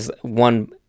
one